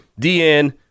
DN